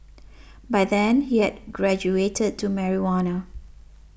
by then he had graduated to marijuana